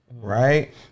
right